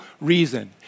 reason